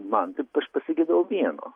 man taip aš pasigedau vieno